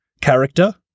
character